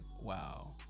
wow